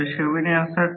2 degree